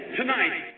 tonight